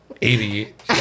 Idiot